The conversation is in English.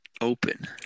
open